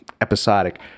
episodic